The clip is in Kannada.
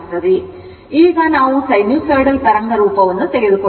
ಈಗ ನಾವು ಸೈನುಸಾಯಿಡಲ್ ತರಂಗರೂಪವನ್ನು ತೆಗೆದುಕೊಂಡಿಲ್ಲ